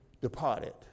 departed